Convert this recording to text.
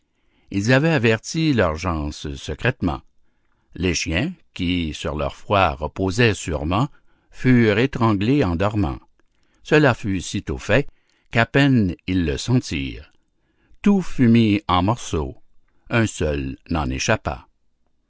ils avaient averti leurs gens secrètement les chiens qui sur leur foi reposaient sûrement furent étranglés en dormant cela fut sitôt fait qu'à peine ils le sentirent tout fut mis en morceaux un seul n'en échappa